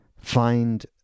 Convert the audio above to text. find